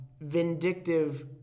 vindictive